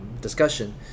discussion